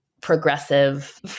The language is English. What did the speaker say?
progressive